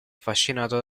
affascinato